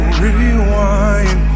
rewind